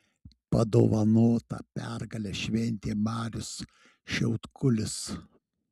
padovanotą pergalę šventė marius šiaudkulis